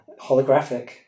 holographic